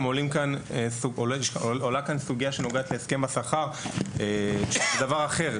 גם עולה כאן סוגיה שנוגעת להסכם השכר שזה דבר אחר.